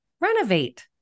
renovate